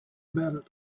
about